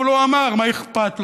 אבל הוא אמר, מה אכפת לו?